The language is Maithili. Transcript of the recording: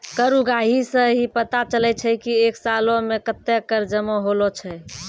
कर उगाही सं ही पता चलै छै की एक सालो मे कत्ते कर जमा होलो छै